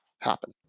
happen